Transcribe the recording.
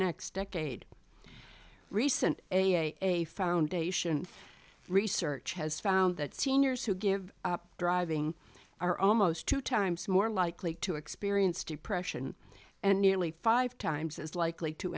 next decade recent a foundation research has found that seniors who give up driving are almost two times more likely to experience depression and nearly five times as likely to